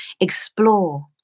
explore